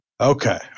Okay